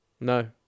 No